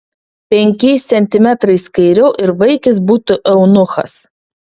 penkiais centimetrais kairiau ir vaikis būtų eunuchas